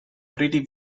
pretty